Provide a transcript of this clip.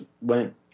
went